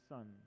Son